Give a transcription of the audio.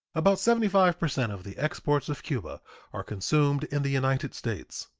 about seventy five per cent of the exports of cuba are consumed in the united states.